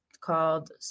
called